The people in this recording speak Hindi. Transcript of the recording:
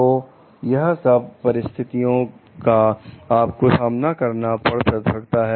तो यह सब परिस्थितियों का आपको सामना करना पड़ सकता है